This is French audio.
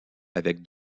avec